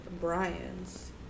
Brian's